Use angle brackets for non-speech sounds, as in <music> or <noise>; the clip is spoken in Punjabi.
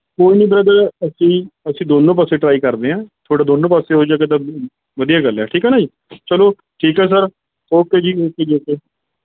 ਕੋਈ ਨਹੀਂ ਬ੍ਰਦਰ ਅਸੀਂ ਅਸੀਂ ਦੋਨੋਂ ਪਾਸੇ ਟਰਾਈ ਕਰਦੇ ਹਾਂ ਤੁਹਾਡਾ ਦੋਨੋਂ ਪਾਸੇ ਹੋ ਜਾਵੇ ਤਾਂ <unintelligible> ਵਧੀਆ ਗੱਲ ਹੈ ਠੀਕ ਹੈ ਨਾ ਜੀ ਚਲੋ ਠੀਕ ਹੈ ਸਰ ਓਕੇ ਜੀ ਓਕੇ ਜੀ ਓਕੇ